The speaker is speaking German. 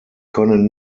können